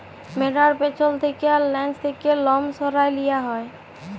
ভ্যাড়ার পেছল থ্যাকে আর লেজ থ্যাকে লম সরাঁয় লিয়া হ্যয়